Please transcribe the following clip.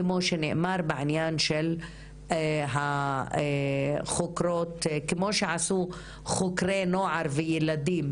כמו שנאמר בעניין של חוקרי הנוער והילדים,